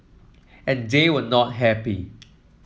and they were not happy